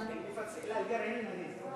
מעשנים, מעשנים.